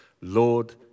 Lord